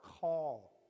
call